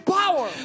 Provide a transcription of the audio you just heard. power